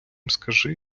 кажи